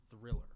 Thriller